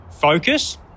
focus